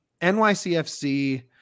NYCFC